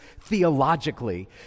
theologically